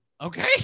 okay